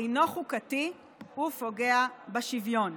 אינו חוקתי ופוגע בשוויון.